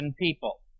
people